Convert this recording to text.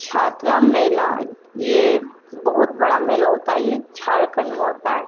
چھاترا میلہ یہ بہت بڑا میلہ ہوتا ہے یہ جھارکھنڈ میں ہوتا ہے